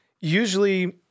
usually